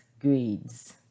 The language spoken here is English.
grades